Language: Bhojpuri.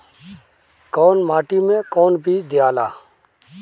कौन माटी मे कौन बीज दियाला?